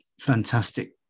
fantastic